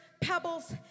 pebbles